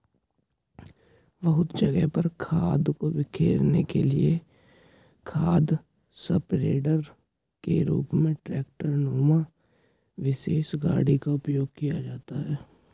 बहुत जगह पर खाद को बिखेरने के लिए खाद स्प्रेडर के रूप में ट्रेक्टर नुमा विशेष गाड़ी का उपयोग होता है